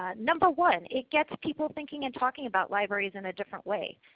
ah number one, it gets people thinking and talking about libraries in a different way.